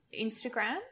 Instagram